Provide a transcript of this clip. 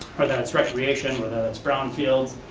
whether that's recreation, whether that's brown field,